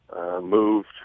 Moved